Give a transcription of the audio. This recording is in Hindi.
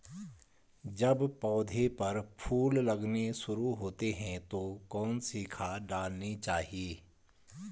जब पौधें पर फूल लगने शुरू होते हैं तो कौन सी खाद डालनी चाहिए?